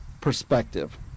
perspective